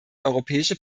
europäische